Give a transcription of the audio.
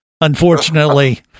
Unfortunately